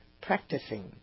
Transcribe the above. practicing